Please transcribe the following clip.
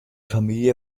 familie